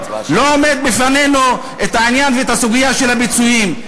לא עומדים בפנינו העניין והסוגיה של הפיצויים.